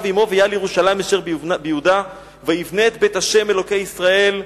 עמו ויעל לירושלים אשר ביהודה ויבנה את בית ה' אלוקי ישראל,